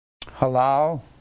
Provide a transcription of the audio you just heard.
Halal